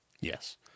Yes